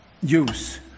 use